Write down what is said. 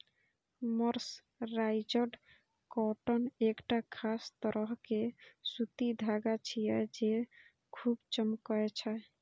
mercerised cotton एकटा खास तरह के सूती धागा छियै, जे खूब चमकै छै